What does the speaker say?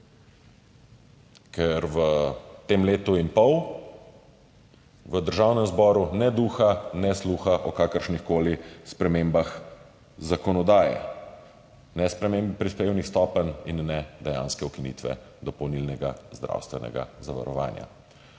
Ker v tem letu in pol v Državnem zboru ne duha ne sluha o kakršnihkoli spremembah zakonodaje, ne sprememb prispevnih stopenj in ne dejanske ukinitve dopolnilnega zdravstvenega zavarovanja.